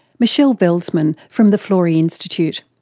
michele veldsman from the florey institute.